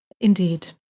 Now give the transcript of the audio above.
Indeed